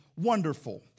wonderful